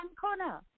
corner